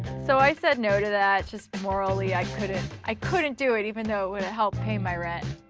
so i said no to that, just morally i couldn't i couldn't do it. even though it woulda helped pay my rent.